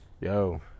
Yo